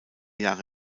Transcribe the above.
jahre